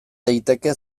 daiteke